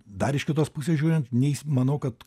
dar iš kitos pusės žiūrint nei jis manau kad